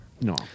No